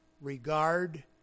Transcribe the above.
regard